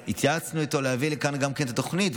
והתייעצנו איתו אם להביא גם לכאן את התוכנית,